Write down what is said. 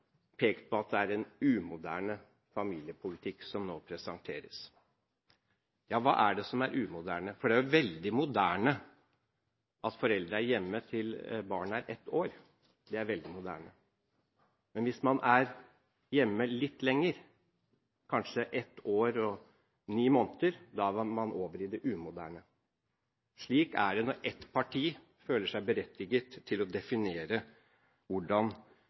pekt på at det er en umoderne familiepolitikk som nå presenteres. Hva er det som er umoderne? Det er veldig moderne at foreldre er hjemme til barnet er ett år, men hvis man er hjemme litt lenger, kanskje i ett år og ni måneder, er man over i det umoderne. Slik er det når ett parti føler seg berettiget til å definere hvordan